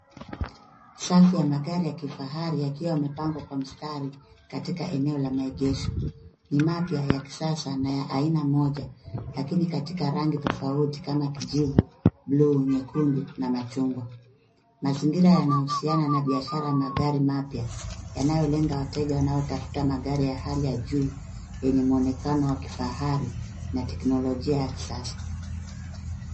Safu ya magari ya kifahari yakiwa yamepangwa kwa mistari katika eneo la maegesho ni mapya ya kisasa na ya aina moja lakini katika rangi tofauti kama, kijivu, bluu nyekundu na machungwa. Mazingira yanausiana na biashara ya magari mapya yanayo lenga wateja wanaotafuta magari ya hali ya juu yenye muonekano wa kifahari na teknologia ya kisasa